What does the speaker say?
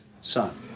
son